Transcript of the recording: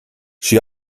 she